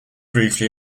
briefly